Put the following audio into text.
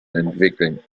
entwickeln